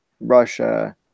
Russia